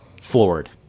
floored